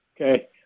Okay